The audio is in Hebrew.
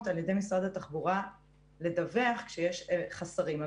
על ידי משרד התחבורה לדווח כשיש חסרים,